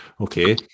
Okay